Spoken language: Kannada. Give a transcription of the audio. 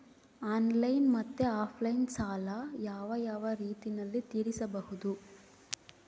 ಆನ್ಲೈನ್ ಮತ್ತೆ ಆಫ್ಲೈನ್ ಸಾಲ ಯಾವ ಯಾವ ರೇತಿನಲ್ಲಿ ತೇರಿಸಬಹುದು?